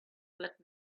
let